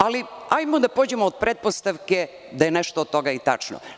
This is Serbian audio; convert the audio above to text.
Ali, hajde da pođemo od pretpostavke da je nešto od toga i tačno.